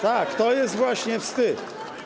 Tak, to jest właśnie wstyd.